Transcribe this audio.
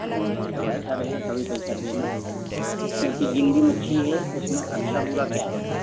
जब अच्छा रहेगा तभी पैसा देना क्योंकि झींगुर मछली है उसमें अच्छा बुरा क्या होगा